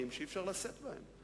אלה פשוט דברים שאי-אפשר לשאת בהם.